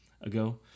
ago